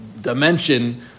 dimension